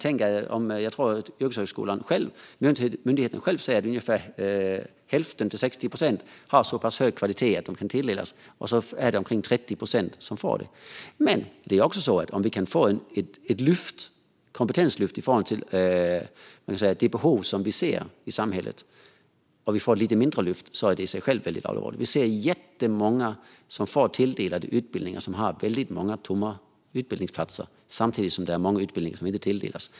Jag tror att myndigheten själv säger att ungefär hälften till 60 procent har så pass hög kvalitet att de kan tilldelas en utbildning, och så är det omkring 30 procent som får en tilldelning. Men vi behöver ett kompetenslyft i förhållande till det behov vi ser i samhället. Om vi får ett lite mindre lyft är det i sig väldigt allvarligt. Vi ser jättemånga som får utbildningar tilldelade som har väldigt många tomma utbildningsplatser, samtidigt som det är många utbildningar som inte tilldelas.